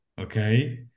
okay